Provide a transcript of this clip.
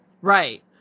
Right